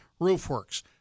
roofworks